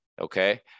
Okay